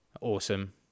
Awesome